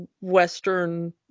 Western